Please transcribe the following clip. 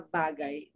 bagay